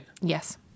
Yes